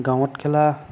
গাঁৱত খেলা